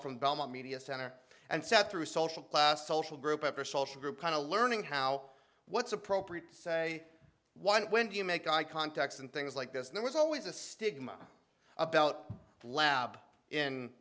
from belmont media center and sat through social class social group or social group kind of learning how what's appropriate to say why when do you make eye contact and things like this there was always a stigma about lab in